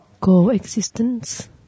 coexistence